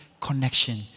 connection